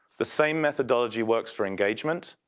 the same methodology works for engagement,